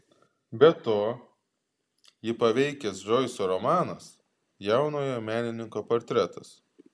be to jį paveikęs džoiso romanas jaunojo menininko portretas